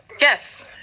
Yes